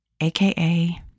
aka